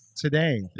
Today